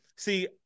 See